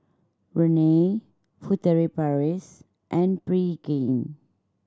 Rene Furtere Paris and Pregain